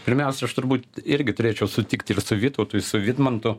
pirmiausia aš turbūt irgi turėčiau sutikti ir su vytautui i su vidmantu